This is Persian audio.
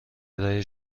ارائه